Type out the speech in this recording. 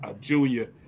junior